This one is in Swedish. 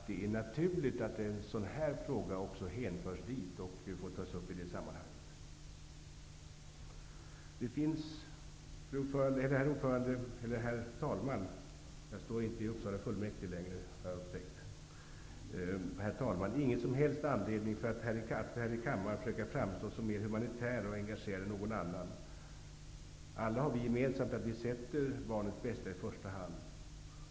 Det finns, herr talman, ingen som helst anledning för mig att här i kammaren försöka framstå som mer humanitär och engagerad än någon annan. Alla har vi gemensamt att vi sätter barnets bästa i första hand.